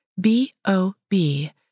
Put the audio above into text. B-O-B